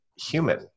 human